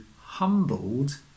humbled